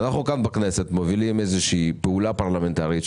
אנחנו בכנסת מובילים פעולה פרלמנטרית,